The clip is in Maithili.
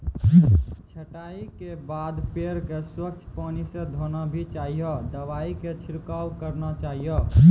छंटाई के बाद पेड़ क स्वच्छ पानी स धोना भी चाहियो, दवाई के छिड़काव करवाना चाहियो